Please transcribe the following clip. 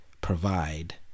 provide